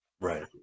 Right